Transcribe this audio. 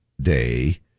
Day